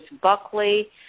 Buckley